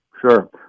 Sure